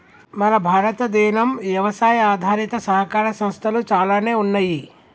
మన భారతదేనం యవసాయ ఆధారిత సహకార సంస్థలు చాలానే ఉన్నయ్యి